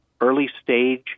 early-stage